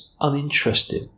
uninterested